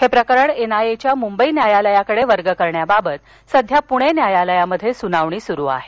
हे प्रकरण एनआयएच्या मुंबई न्यायालाकडे वर्ग करण्याबाबत सध्या पूणे न्यायालयात सूनावणी सूरू आहे